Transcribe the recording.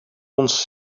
ons